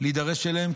להידרש אליהם,